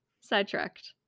Sidetracked